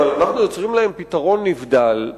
אנחנו יוצרים להם פתרון נבדל.